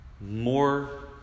more